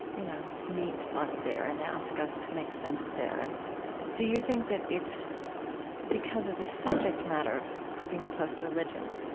you know, meet us there and ask us to make sense there. and do you think that it's because of the subject matter of huffington post religion